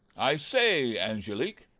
i say, angelique,